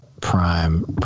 prime